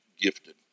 gifted